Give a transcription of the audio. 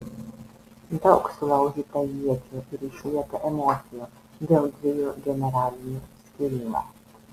daug sulaužyta iečių ir išlieta emocijų dėl dviejų generalinių skyrimo